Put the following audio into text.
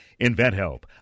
InventHelp